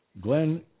Glenn